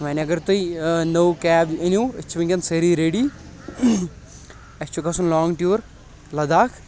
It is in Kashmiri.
وۄنۍ اگر تُہۍ نٔو کیب أنِو أسۍ چھ وُنکٮ۪ن سأری ریڈی اَسہِ چُھ گژھُن لانگ ٹیوٗر لداخ